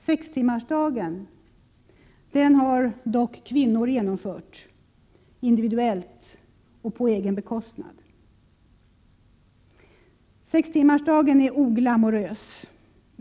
Sextimmarsdagen har dock kvinnor genomfört — individuellt och på egen bekostnad. Sextimmarsdagen är oglamorös.